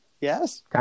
Yes